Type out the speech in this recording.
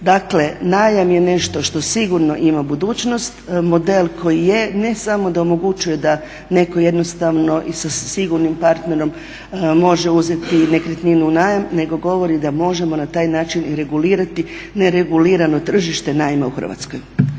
Dakle, najam je nešto što sigurno ima budućnost. Model koji je ne samo da omogućuje da netko jednostavno i sa sigurnim partnerom može uzeti nekretninu u najam nego govori da možemo na taj način regulirati neregulirano tržište najma u Hrvatskoj.